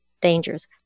dangers